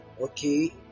Okay